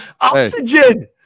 Oxygen